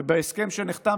ובהסכם שנחתם,